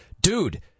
dude